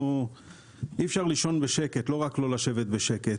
שאי אפשר לישון בשקט, לא רק לא לשבת בשקט.